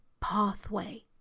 pathway